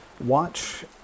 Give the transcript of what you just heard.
watch